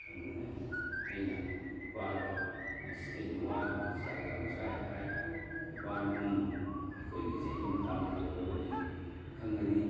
ꯑꯩꯅ ꯏꯄꯥꯗ ꯑꯁ ꯑꯩꯗꯤ ꯋꯥꯔꯨꯔꯗꯤ ꯆꯥꯛ ꯌꯥꯝ ꯆꯥꯏ ꯍꯥꯏ ꯏꯄꯥꯅ ꯎꯝ ꯑꯩꯈꯣꯏꯒꯤ ꯆꯍꯤ ꯃꯇꯥꯡꯁꯤ ꯌꯧꯔꯒꯗꯤ ꯈꯪꯉꯅꯤ